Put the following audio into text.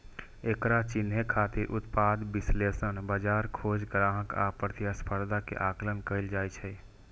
एकरा चिन्है खातिर उत्पाद विश्लेषण, बाजार खोज, ग्राहक आ प्रतिस्पर्धा के आकलन कैल जाइ छै